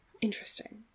Interesting